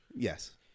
Yes